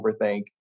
overthink